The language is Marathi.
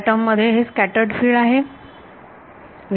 पहिल्या टर्म मध्ये हे स्कॅटर्ड फिल्ड आहे का